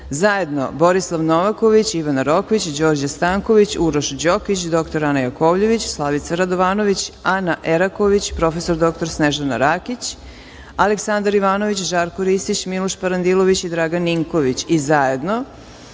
zajedno Borislav Novaković, Ivana Rokvić, Đorđe Stanković, Uroš Đokić, dr Ana Jakovljević, Slavica Radovanović, Ana Eraković, prof. dr Snežana Rakić, Aleksandar Ivanović, Žarko Ristić, Miloš Parandilović i Dragan Ninković i zajedno